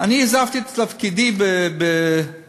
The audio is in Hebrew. אני עזבתי את תפקידי באפריל,